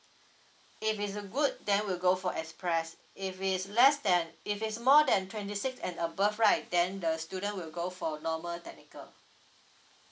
if it's a good then we'll go for express if it's less than if it's more than twenty six and above right then the student will go for normal technical